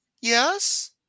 yes